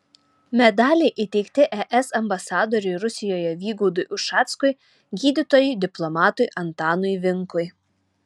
medaliai įteikti es ambasadoriui rusijoje vygaudui ušackui gydytojui diplomatui antanui vinkui